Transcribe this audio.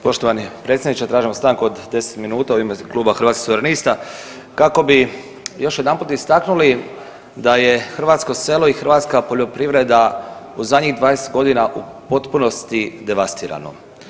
Poštovani predsjedniče, tražim stanku od 10 minuta u ime Kluba Hrvatskih suverenista kako bi još jedanput istaknuli da je hrvatsko selo i hrvatska poljoprivreda u zadnjih 20.g. u potpunosti devastirano.